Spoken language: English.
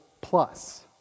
plus